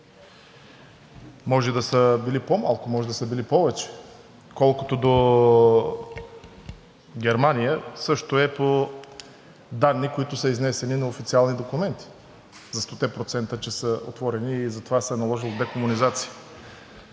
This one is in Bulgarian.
Може да са били по-малко, може да са били повече. Колкото до Германия – също е по данни, които са изнесени на официални документи – за стоте процента, че са отворени и затова се е наложила декомунизация.